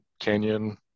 Canyon